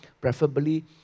Preferably